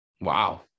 Wow